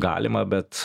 galima bet